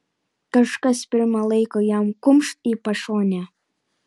kažkas pirma laiko jam kumšt į pašonę